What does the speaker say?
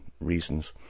reasons